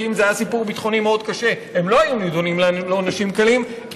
כי אם זה היה סיפור ביטחוני מאוד קשה הם לא היו נדונים לעונשים קלים,